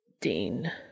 Dean